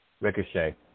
Ricochet